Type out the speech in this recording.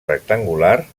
rectangular